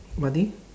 what thing